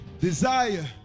Desire